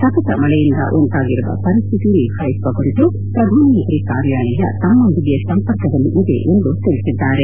ಸತತ ಮಳೆಯಿಂದ ಉಂಟಾಗಿರುವ ಪರಿಸ್ಥಿತಿ ನಿಭಾಯಿಸುವ ಕುರಿತು ಪ್ರಧಾನಮಂತ್ರಿ ಕಾರ್ಯಾಲಯ ತಮ್ನೊಂದಿಗೆ ಸಂಪರ್ಕದಲ್ಲಿದೆ ಎಂದು ಅವರು ತಿಳಿಸಿದ್ದಾರೆ